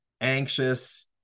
anxious